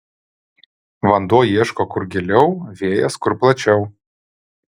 vanduo ieško kur giliau vėjas kur plačiau